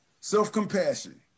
self-compassion